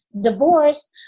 divorce